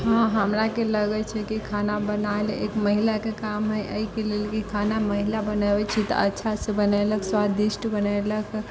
हँ हमराके लगै छै कि खाना बनाएल एक महिलाके काम है एहिके लेल कि खाना महिला बनैबे छै तऽ अच्छा से बनेलक सुआदिष्ट बनेलक